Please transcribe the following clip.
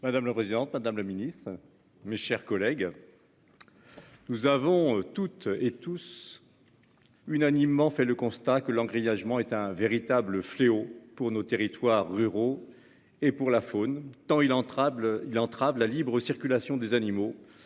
Madame la présidente, madame la Ministre, mes chers collègues. Nous avons toutes et tous. Unanimement fait le constat que l'embrayage est un véritable fléau pour nos territoires ruraux et pour la faune, tant il entra il entrave la libre circulation des animaux